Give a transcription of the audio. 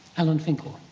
alan finkel.